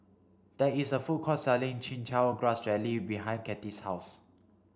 there is a food court selling chin chow grass jelly behind Cathie's house